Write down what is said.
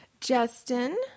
Justin